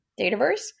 Dataverse